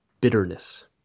bitterness